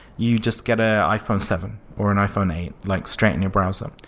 you just get ah an iphone seven or an iphone eight like straight in your browser,